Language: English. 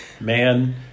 man